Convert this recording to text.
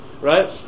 right